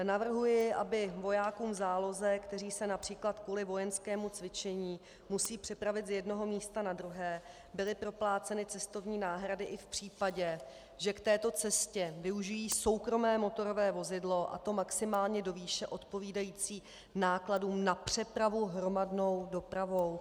Navrhuji, aby vojákům v záloze, kteří se například kvůli vojenskému cvičení musí přepravit z jednoho místa na druhé, byly propláceny cestovní náhrady i v případě, že k této cestě využijí soukromé motorové vozidlo, a to maximálně do výše odpovídající nákladům na přepravu hromadnou dopravou.